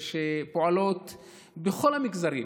שפועלות בכל המגזרים,